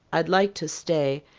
i like to stay,